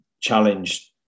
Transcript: challenge